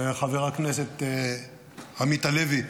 חבר הכנסת עמית הלוי,